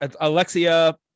Alexia